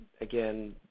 again